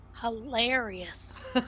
Hilarious